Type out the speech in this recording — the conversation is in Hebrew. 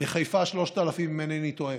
בחיפה, 3,000, אם אינני טועה,